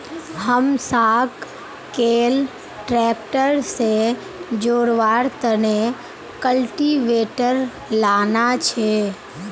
हमसाक कैल ट्रैक्टर से जोड़वार तने कल्टीवेटर लाना छे